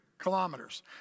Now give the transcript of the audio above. kilometers